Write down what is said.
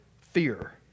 fear